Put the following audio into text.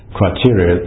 criteria